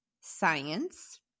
science